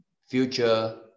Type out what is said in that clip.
future